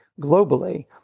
globally